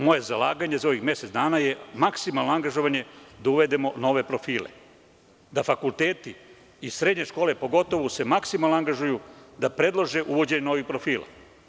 Moje zalaganje za ovih mesec dana je maksimalno angažovanje da uvedemo nove profile, da fakulteti i srednje škole se maksimalno angažuju da predlože uvođenje novih profila.